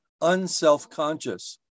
unselfconscious